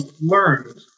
learned